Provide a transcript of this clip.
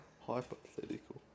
Hypothetical